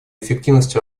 эффективности